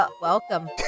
welcome